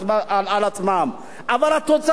אבל התוצאה של הייאוש הזה,